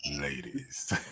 Ladies